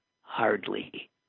hardly